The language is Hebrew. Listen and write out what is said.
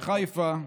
בחיפה,